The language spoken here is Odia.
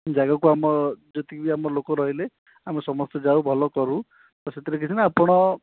ଜାଗାକୁ ଆମ ଯେତିକି ଆମ ଲୋକ ରହିଲେ ଆମେ ସମସ୍ତେ ଯାଉ ଭଲ କରୁ ତ ସେଥିରେ କିଛି ନାହିଁ ଆପଣ